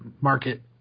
market